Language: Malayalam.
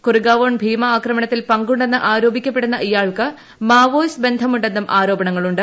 കൊറിഗാവോൺ ഭീമ ആക്രമണത്തിൽ പങ്കുണ്ടെന്ന് ആരോപിക്കപ്പെടുന്ന ഇയാൾക്ക് മാവോയിസ്റ്റ് ബന്ധമുണ്ടെന്നും ആരോപണങ്ങളുണ്ട്